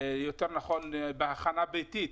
יותר נכון בהכנה ביתית,